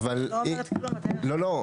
אני לא אומרת כלום --- לא,